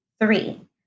Three